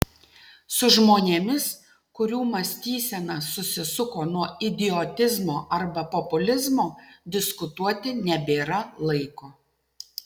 su žmonėmis kurių mąstysena susisuko nuo idiotizmo arba populizmo diskutuoti nebėra laiko